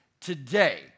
today